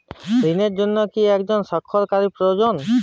ঋণের জন্য কি একজন স্বাক্ষরকারী প্রয়োজন?